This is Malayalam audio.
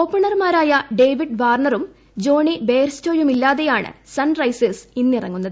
ഓപ്പണർമാരായ ഡേവിഡ് വാർണറും ജോണി ബെയ്ർസ്റ്റോയുമില്ലാതെയാണ് സൺറൈസേഴ്സ് ഇന്നിറങ്ങുന്നത്